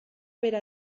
bera